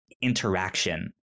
interaction